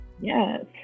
Yes